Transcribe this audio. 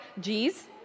G's